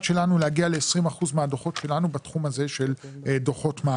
שלנו להגיע ל-20% מהדוחות שלנו בתחום הזה של דוחות מעקב.